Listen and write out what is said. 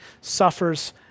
suffers